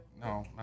No